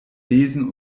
besen